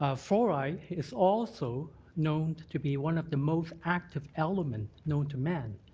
ah fluoride is also known to be one of the most active elements known to man.